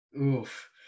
Oof